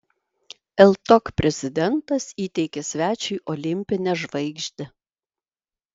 ltok prezidentas įteikė svečiui olimpinę žvaigždę